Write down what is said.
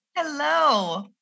Hello